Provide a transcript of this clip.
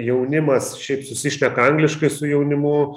jaunimas šiaip susišneka angliškai su jaunimu